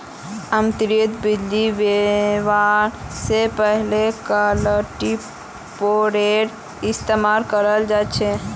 आमतौरत बीज बोवा स पहले कल्टीपैकरेर इस्तमाल कराल जा छेक